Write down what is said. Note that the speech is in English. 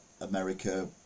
America